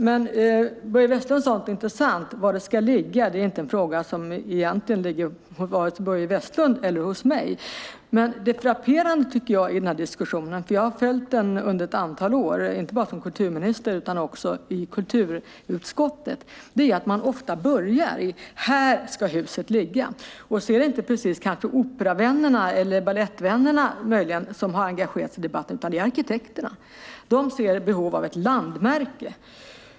Men Börje Vestlund sade något intressant. Var det ska ligga är inte en fråga som egentligen ligger hos vare sig Börje Vestlund eller mig. Men det finns något som är frapperande, tycker jag, i den här diskussionen - jag har följt den under ett antal år, inte bara som kulturminister utan också i kulturutskottet. Och det är att man ofta börjar med att säga: Här ska huset ligga. Då är det kanske inte precis operavännerna eller balettvännerna, möjligen, som har engagerat sig i debatten, utan det är arkitekterna. De ser behov av ett landmärke.